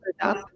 up